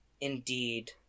indeed